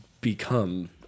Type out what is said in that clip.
become